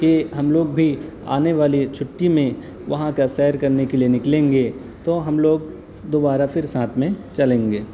کہ ہم لوگ بھی آنے والے چھٹی میں وہاں کا سیر کرنے کے لیے نکلیں گے تو ہم لوگ دوبارہ پھر ساتھ میں چلیں گے